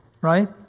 Right